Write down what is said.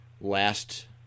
last